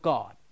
God